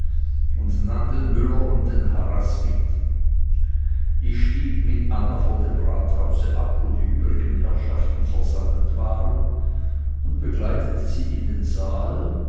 und nahm den müller und den harras mit ich stieg mit anna vor dem rathause ab wo die übrigen herrschaften versammelt waren und begleitete sie in den saal